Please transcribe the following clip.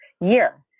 year